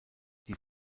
die